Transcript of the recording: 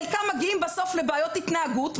חלקם מגיעים בסוף לבעיות התנהגות,